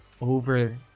over